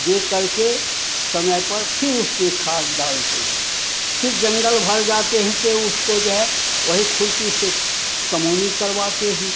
दे करके समय पर फिर उसमें खाद डालते हैं फिर जंगल भर जाते हैं तो उसको जो है वही खुरपी से कमौनी करवाते हैं